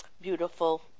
beautiful